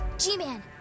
G-Man